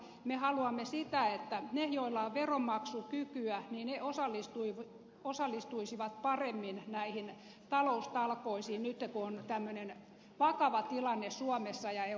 me haluamme ainoastaan sitä että ne joilla on veronmaksukykyä osallistuisivat paremmin näihin taloustalkoisiin nyt kun on tämmöinen vakava tilanne suomessa ja euroopassa